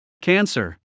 cancer